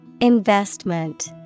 Investment